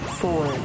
four